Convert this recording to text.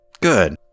Good